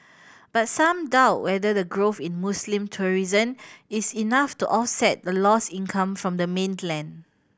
but some doubt whether the growth in Muslim tourism is enough to offset the lost income from the mainland